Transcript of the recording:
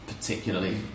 particularly